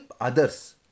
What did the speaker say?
others